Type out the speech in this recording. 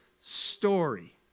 story